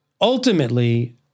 ultimately